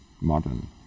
modern